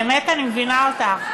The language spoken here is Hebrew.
באמת אני מבינה אותך,